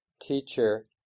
teacher